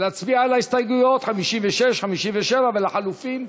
להצביע על ההסתייגויות 56, 57 ולחלופין?